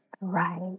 Right